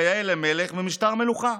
כיאה למלך במשטר מלוכה.